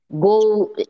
go